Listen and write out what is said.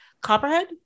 copperhead